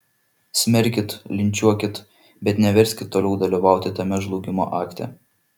smerkit linčiuokit bet neverskit toliau dalyvauti tame žlugimo akte